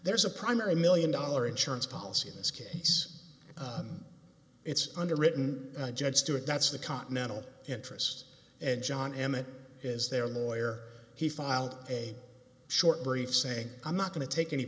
there's a primary million dollar insurance policy in this case it's underwritten by judge stewart that's the continental interest and john m it is their lawyer he filed a short brief saying i'm not going to take any